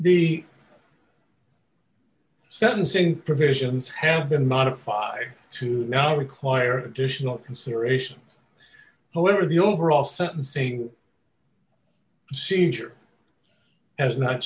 the sentencing provisions have been modified to no require additional considerations however the overall sentencing seizure has not